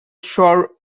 sure